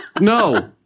No